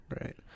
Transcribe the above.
Right